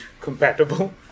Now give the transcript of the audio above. compatible